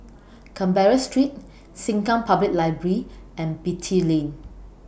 Canberra Street Sengkang Public Library and Beatty Lane